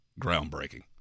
groundbreaking